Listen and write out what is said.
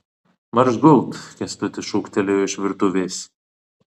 marš gult kęstutis šūktelėjo iš virtuvės